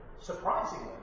Surprisingly